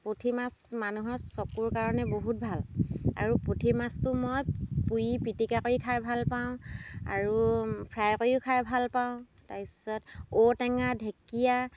পুঠি মাছ মানুহৰ চকুৰ কাৰণে বহুত ভাল আৰু পুঠি মাছটো মই পুৰি পিটিকা কৰি খাই ভাল পাওঁ আৰু ফ্ৰাই কৰিও খাই ভাল পাওঁ তাৰ পিছত ঔটেঙা ঢেঁকীয়া